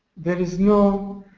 there is no